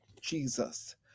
Jesus